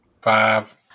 Five